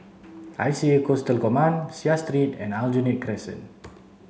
I C A Coastal Command Seah and Aljunied Crescent